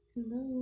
Hello